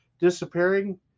disappearing